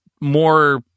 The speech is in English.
more